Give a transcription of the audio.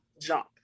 jump